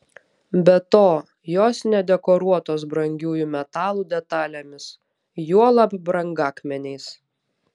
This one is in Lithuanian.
be to jos nedekoruotos brangiųjų metalų detalėmis juolab brangakmeniais